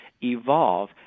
evolve